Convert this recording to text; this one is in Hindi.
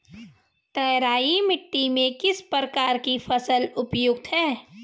तराई मिट्टी में किस चीज़ की फसल उपयुक्त है?